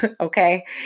Okay